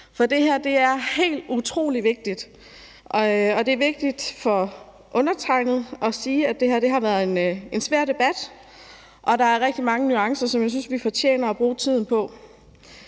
for det her er helt utrolig vigtigt. Det er vigtigt for undertegnede at sige, at det her har været en svær debat, og der er rigtig mange nuancer, som jeg synes vi fortjener at bruge tiden på.